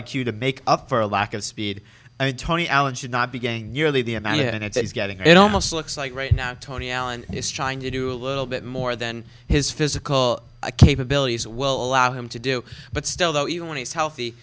like you to make up for a lack of speed i mean tony allen should not be getting nearly the amount and it's getting it almost looks like right now tony allen is trying to do a little bit more than his physical capabilities will allow him to do but still though even when he's healthy